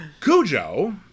Cujo